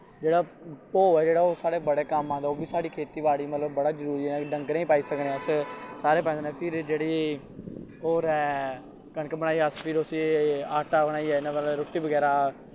जेह्ड़ा भोह् ऐ ओह् बी साढ़े बड़ा कम्म आंदा ओह् बी साढ़ी खेत्ती बाड़ी च बड़ा जरूरी ऐ डंगरें गी पाई सकने अस सारे पांदे नै फिर जेह्ड़ी होर ऐ कनक बनाई फिर अस उस्सी आटा बनाइयै रुट्टी बगैरा